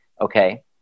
okay